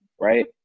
right